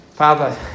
Father